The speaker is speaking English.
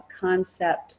concept